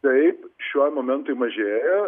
taip šiuo momentui mažėja